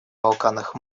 балканах